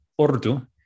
Ordu